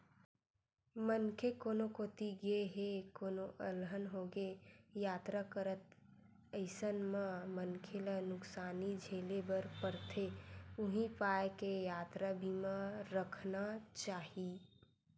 मनखे कोनो कोती गे हे कोनो अलहन होगे यातरा करत अइसन म मनखे ल नुकसानी झेले बर परथे उहीं पाय के यातरा बीमा रखना चाही